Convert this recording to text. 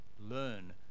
learn